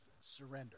surrender